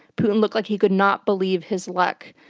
putin looked like he could not believe his luck.